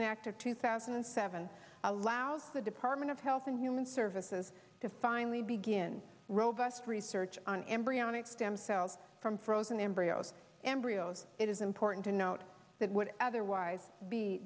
en act of two thousand and seven allows the department of health and human services to finally begin robust research on embryonic stem cells from frozen embryos embryos it is important to note that would otherwise be